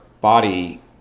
body